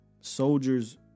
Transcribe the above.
soldiers